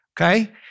okay